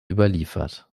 überliefert